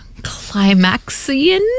Climaxian